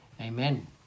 amen